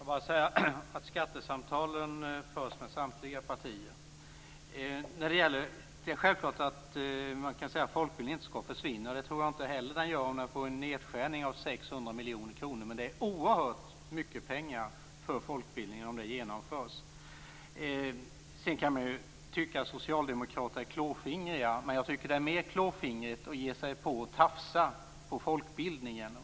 Fru talman! Skattesamtalen förs med samtliga partier. Det är självklart att man kan säga att folkbildningen inte skall försvinna. Det tror jag inte heller att den gör om den får en nedskärning med 600 miljoner kronor. Men det är oerhört mycket pengar för folkbildningen om det genomförs. Man kan ju tycka att socialdemokraterna är klåfingriga, men jag tycker att det är mer klåfingrigt att ge sig på folkbildningen.